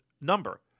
number